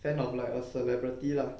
fan of like a celebrity lah